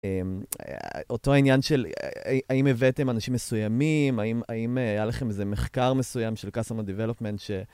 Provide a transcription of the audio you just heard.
אותו העניין של, האם הבאתם אנשים מסוימים, האם היה לכם איזה מחקר מסוים של customer development ש...